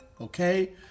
okay